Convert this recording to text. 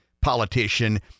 politician